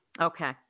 Okay